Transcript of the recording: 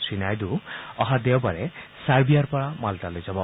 শ্ৰী নাইডু অহা দেওবাৰে ছাৰ্বিয়াৰ পৰা মাল্টালৈ যাব